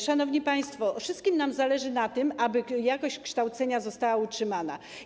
Szanowni państwo, wszystkim nam zależy na tym, aby jakość kształcenia została utrzymana.